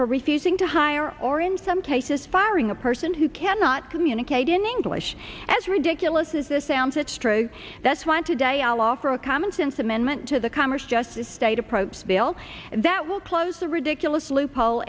for refusing to hire or in some cases firing a person who cannot communicate in english as ridiculous as this sounds it straight that's one today i'll offer a commonsense amendment to the commerce justice state approach bill that will close the ridiculous loophole